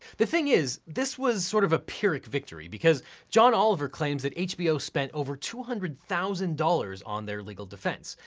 the thing is, this was sort of a pyrrhic victory, because john oliver claims that hbo spent over two hundred thousand dollars on their legal defense,